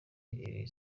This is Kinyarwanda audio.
iri